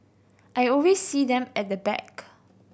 I always see them at the back